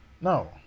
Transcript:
No